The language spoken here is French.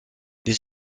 des